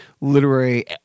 literary